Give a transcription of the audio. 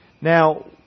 Now